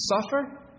suffer